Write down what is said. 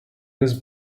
was